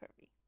curvy